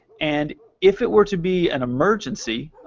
and if it were to be an emergency,